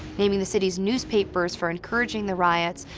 blaming the city's newspapers for encouraging the riots,